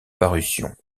parution